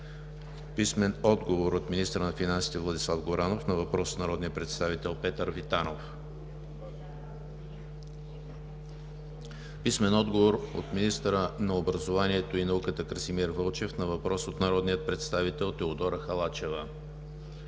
Любомир Бонев; - министъра на финансите Владислав Горанов на въпрос от народния представител Петър Витанов; - министъра на образованието и науката Красимир Вълчев на въпрос от народния представител Теодора Халачева;